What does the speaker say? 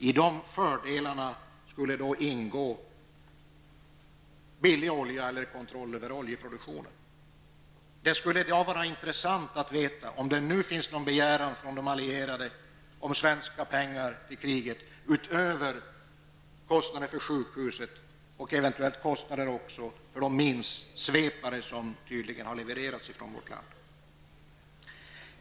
I de fördelarna skulle ingå billig olja eller kontroll över oljeproduktionen. Det skulle vara intressant att i dag få veta om det föreligger någon begäran från de allierade om svenska pengar till kriget. Då bortser jag från kostnaderna för det sjukhus som Sverige ställer till förfogande och eventuella kostnader för de minsvepare som tydligen har levererats från vårt land.